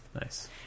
nice